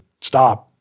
stop